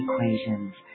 equations